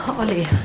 on the